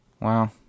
Wow